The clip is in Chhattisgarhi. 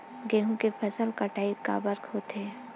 गेहूं के फसल कटाई काबर होथे?